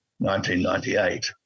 1998